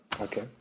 okay